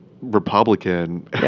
Republican